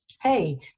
hey